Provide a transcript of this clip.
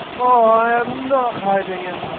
ah i not hiding in